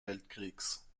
weltkrieges